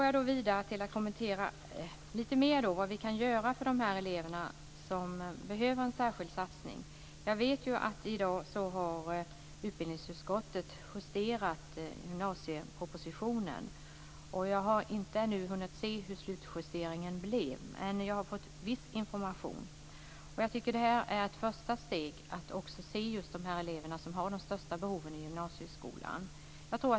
Jag går vidare till att kommentera frågan vad vi kan göra för de elever som behöver en särskild satsning. Jag vet att utbildningsutskottet i dag har justerat gymnasiepropositionen. Jag har ännu inte hunnit se hur slutjusteringen blev, men jag har fått viss information. Jag tycker att det här är ett första steg för att hjälpa de elever som har de största behoven i gymnasieskolan.